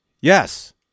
Yes